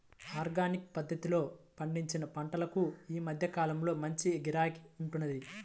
organic పద్ధతిలో పండించిన పంటలకు ఈ మధ్య కాలంలో మంచి గిరాకీ ఉంటున్నది